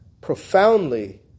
profoundly